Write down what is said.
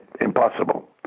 impossible